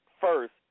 first